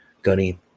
Gunny